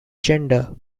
gender